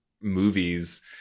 movies